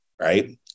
right